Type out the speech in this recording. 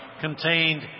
contained